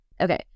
Okay